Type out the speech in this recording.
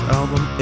album